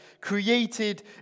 created